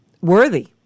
worthy